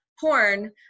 porn